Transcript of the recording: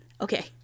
okay